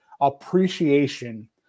appreciation